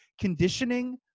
conditioning